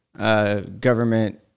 Government